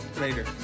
Later